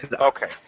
Okay